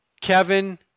Kevin